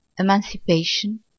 Emancipation